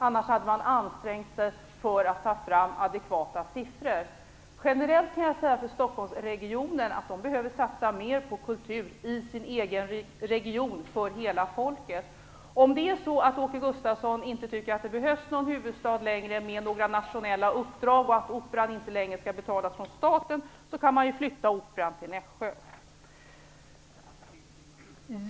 Annars hade man ansträngt sig för att ta fram adekvata siffror. Generellt kan jag säga att Stockholmsregionen behöver satsa mer på kultur i sin egen region för hela folket. Om det är så att Åke Gustavsson tycker att det inte längre behövs någon huvudstad med några nationella uppdrag och att Operan inte längre skall betalas av staten, så kan man ju flytta Operan till Nässjö.